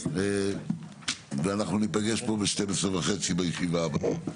ואנחנו ניפגש פה ב-12:30 בישיבה הבאה.